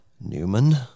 Newman